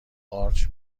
قارچ